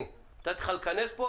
הפעלת המונה,